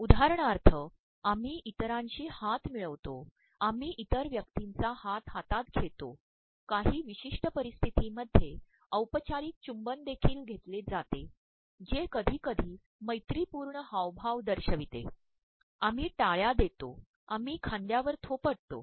उदाहरणार्य आम्ही इतरांशी हात ममळप्रवतो आम्ही इतर व्यक्तीचा हात हातात घेतो काही प्रवमशष्ि पररप्स्त्र्तींमध्येऔपचाररक चबुं न देखील घेतलेजाते जे कधीकधी मैरीपूणय हावभाव दशयप्रवते आम्ही िाळ्या देतो आम्ही खांदयावर र्ोपितो